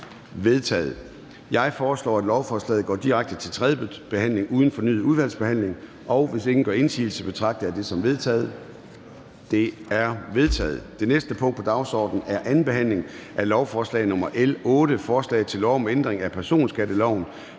Jeg foreslår, at lovforslaget går direkte til tredje behandling uden fornyet udvalgsbehandling. Hvis ingen gør indsigelse, betragter jeg det som vedtaget. Det er vedtaget. --- Det næste punkt på dagsordenen er: 8) 2. behandling af lovforslag nr. L 8: Forslag til lov om ændring af personskatteloven,